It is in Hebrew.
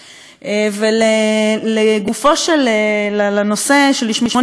ולגופו של הנושא שלשמו נתכנסנו,